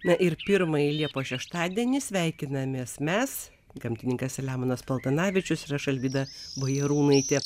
na ir pirmąjį liepos šeštadienį sveikinamės mes gamtininkas selemonas paltanavičius ir aš alvyda bajarūnaitė